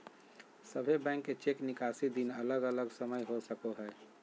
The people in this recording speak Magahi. सभे बैंक के चेक निकासी दिन अलग अलग समय हो सको हय